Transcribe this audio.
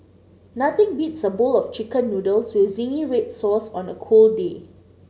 nothing beats a bowl of chicken noodles with zingy red sauce on a cold day